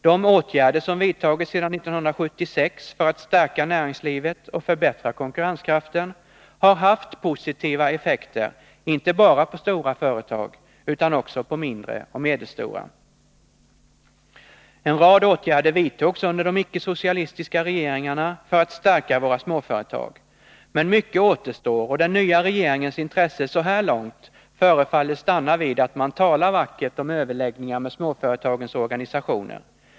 De åtgärder som vidtagits sedan 1976 för att stärka näringslivet och förbättra konkurrenskraften har haft positiva effekter inte bara på stora företag utan också på mindre och medelstora. En rad åtgärder vidtogs under de icke-socialistiska regeringarna för att stärka våra småföretag. Men mycket återstår, och den nya regeringens intresse så här långt förefaller stanna vid att man talar vackert om överläggningar med småföretagens organisationer.